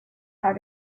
how